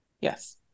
Yes